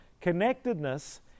Connectedness